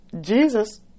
Jesus